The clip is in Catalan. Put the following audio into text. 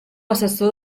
assessor